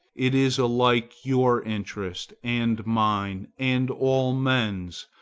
it is alike your interest, and mine, and all men's,